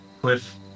cliff